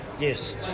Yes